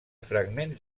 fragments